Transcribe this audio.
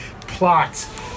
plots